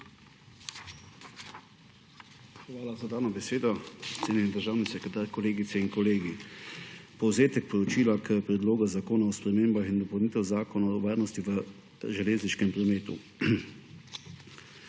Hvala za dano besedo. Cenjeni državni sekretar, kolegice in kolegi! Povzetek poročila k Predlogu zakona o spremembah in dopolnitvah Zakona o varnosti v železniškem prometu.